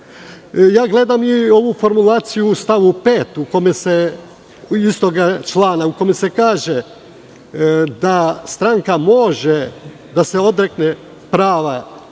zahtevaju. Gledam i ovu formulaciju u stavu 5. istog člana, gde se kaže da stranka može da se odrekne prava